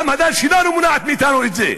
גם הדת שלנו מונעת מאתנו את זה.